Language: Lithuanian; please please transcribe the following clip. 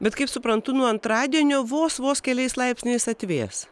bet kaip suprantu nuo antradienio vos vos keliais laipsniais atvės